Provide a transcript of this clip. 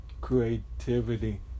creativity